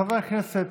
חברי הכנסת,